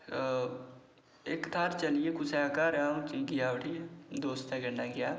इक्क घर चली गे कुसै दे घर अंऊ गेआ उठी दोस्तै दे कन्नै गेआ ते ओह्